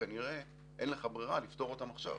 כנראה אין לך ברירה אלא לפתור אותן עכשיו.